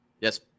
Yes